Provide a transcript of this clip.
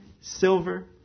silver